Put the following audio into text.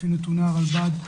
לפי נתוני הרלב"ד.